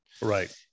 right